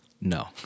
No